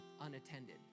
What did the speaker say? unattended